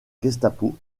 gestapo